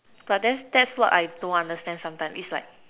but then that's what I don't understand sometimes is like